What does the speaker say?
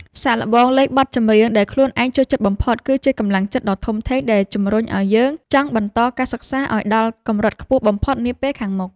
សាកល្បងលេងបទចម្រៀងដែលខ្លួនឯងចូលចិត្តបំផុតគឺជាកម្លាំងចិត្តដ៏ធំធេងដែលជម្រុញឱ្យយើងចង់បន្តការសិក្សាឱ្យដល់កម្រិតខ្ពស់បំផុតនាពេលខាងមុខ។